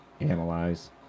Analyze